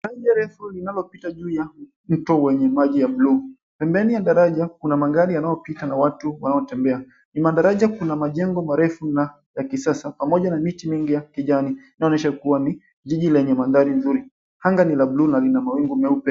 Daraja refu linalopita juu ya mto wenye maji ya bluu. Pembeni ya daraja kuna magari yanayopita na watu wanaotembea. Nyuma ya daraja kuna majengo marefu na ya kisasa pamoja na miti mingi ya kijani inayoonesha kua ni jiji lenye mandhari nzuri. Anga ni la bluu na lina mawingu meupe.